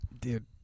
Dude